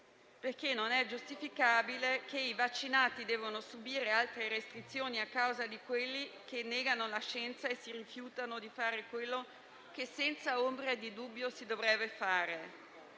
perché non è giustificabile che i vaccinati debbano subire altre restrizioni a causa di quelli che negano la scienza e si rifiutano di fare quello che senza ombra di dubbio si dovrebbe fare.